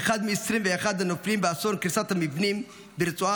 אחד מ-21 הנופלים באסון קריסת המבנים ברצועת עזה,